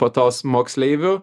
po tos moksleivių